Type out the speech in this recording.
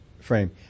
frame